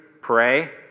pray